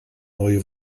neue